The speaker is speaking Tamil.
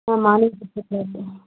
ஓ மார்னிங் சிக்ஸ் ஓ கிளாக்கா